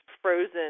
frozen